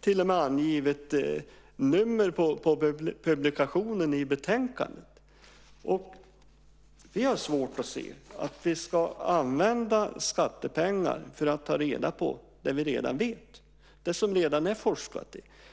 till och med angivet nummer på publikationen. Vi har svårt att se att vi ska använda skattepengar till att ta reda på det som vi redan vet, det som redan har forskats om.